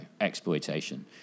exploitation